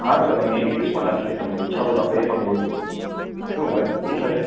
હા સર અમે એન્ડીકિસપોન રાખીએ છીએ તમને ઈચ્છા હોય તો એ પણ શું વાત છે ઈચ્છા છે